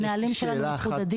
הנהלים שלנו מחודדים.